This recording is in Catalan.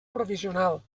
provisional